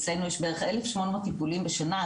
אצלנו יש בערך 1,800 טיפולים בשנה,